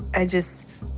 i just